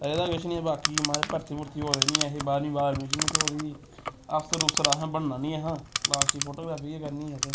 एह्दा किश नि ऐ बाकी महाराज भर्थी भुर्थी होए दे निं ऐ हे बाह्रमीं बाद एडमीशन निं ही थ्होऐ दी अफसर उफसर असें बनना निं ऐहा लास्ट च फोटोग्राफी गै करनी असें